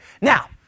now